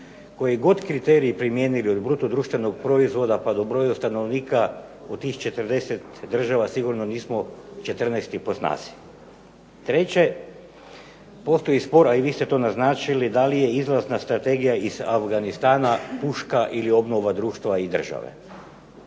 Koji god kriterij primijenili, od BDP-a, pa do broja stanovnika od tih 40 država sigurno nismo 14 po snazi. Treće, postoji spor, a i vi ste to naznačili, da li je izlazna strategija iz Afganistana puška ili obnova društva i države?